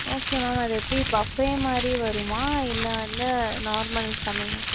okay ma'am அது எப்படி buffet மாதிரி வருமா இல்லை வந்து நார்மல் சமையலா